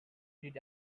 did